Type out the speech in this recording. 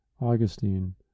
Augustine